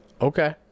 okay